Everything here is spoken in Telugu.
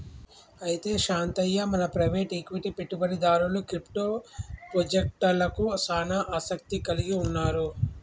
అయితే శాంతయ్య మన ప్రైవేట్ ఈక్విటి పెట్టుబడిదారులు క్రిప్టో పాజెక్టలకు సానా ఆసత్తి కలిగి ఉన్నారు